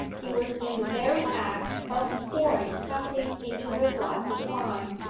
he was in the very act of pouring something into her glass of wine.